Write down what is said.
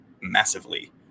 massively